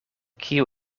kiu